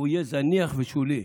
זה יהיה זניח ושולי.